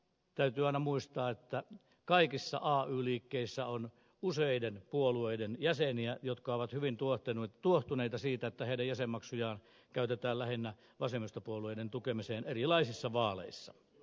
täytyy aina muistaa että kaikissa ay liikkeissä on useiden puolueiden jäseniä jotka ovat hyvin tuohtuneita siitä että heidän jäsenmaksujaan käytetään lähinnä vasemmistopuolueiden tukemiseen erilaisissa vaaleissa